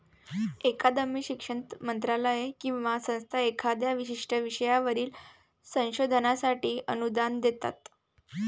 अकादमी, शिक्षण मंत्रालय किंवा संस्था एखाद्या विशिष्ट विषयावरील संशोधनासाठी अनुदान देतात